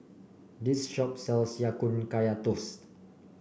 this shop sells Ya Kun Kaya Toast